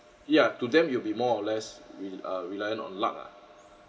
ya to them it will be more or less re~ uh reliant on luck ah